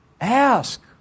Ask